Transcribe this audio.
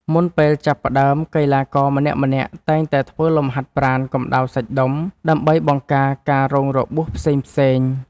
មុនពេលចាប់ផ្ដើម កីឡាករម្នាក់ៗតែងតែធ្វើលំហាត់ប្រាណកម្ដៅសាច់ដុំ ដើម្បីបង្ការការរងរបួសផ្សេងៗ។